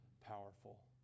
powerful